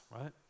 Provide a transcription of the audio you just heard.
Right